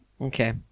Okay